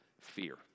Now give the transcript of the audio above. fear